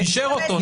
אישר אותו.